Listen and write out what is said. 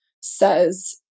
says